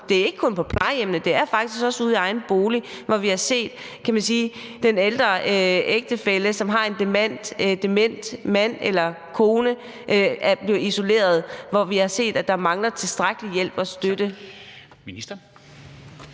Det er ikke kun på plejehjemmene; det er faktisk også ude i egen bolig, at vi har set eksempler på, at den ældre ægtefælle, som har en dement mand eller kone, er blevet isoleret, og hvor vi har set, at der mangler tilstrækkelig hjælp og støtte.